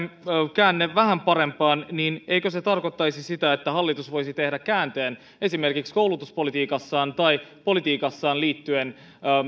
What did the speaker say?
käänne vähän parempaan niin eikö se tarkoittaisi sitä että hallitus voisi tehdä käänteen esimerkiksi koulutuspolitiikassaan tai politiikassaan liittyen niiden